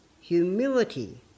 humility